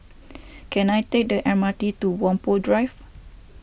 can I take the M R T to Whampoa Drive